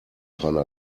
hanna